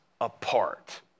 apart